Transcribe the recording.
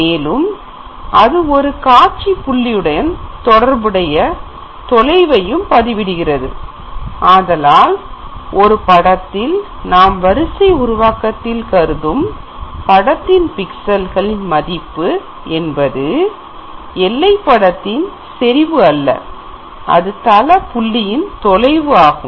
மேலும் அது காட்சி புள்ளியுடன் தொடர்புடைய தொலைவை பதி விடுகிறது ஆதலால் ஒரு படத்தில் நாம் வரிசை உருவாக்கத்தில் கருதும் படத்தின் பிக்சல்கள் இன் மதிப்பு என்பது எல்லை படத்தின் செறிவு அல்ல அது தள புள்ளியின் தொலைவு ஆகும்